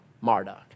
Marduk